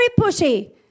pushy